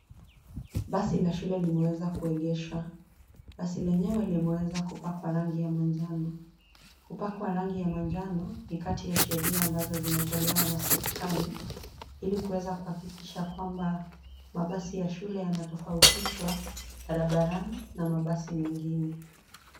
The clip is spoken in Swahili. Basi la shule limeweza kuegeshwa. Basi lenyewe limeweza kupakwa rangi ya manjano. Kupakwa rangi ya manjano ni kati ya sheria ambazo zimetolewa na serikali , ili kuweza kuhakikisha kwamba mabasi ya shule yanatofautishwa barabarani na mabasi mengine.